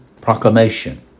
proclamation